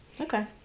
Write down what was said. Okay